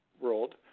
world